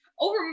over